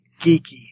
geeky